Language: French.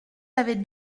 avez